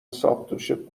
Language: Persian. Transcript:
ساقدوشت